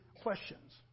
questions